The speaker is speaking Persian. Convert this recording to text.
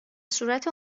صورت